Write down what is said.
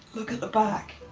look at the back.